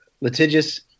litigious